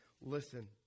Listen